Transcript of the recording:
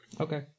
Okay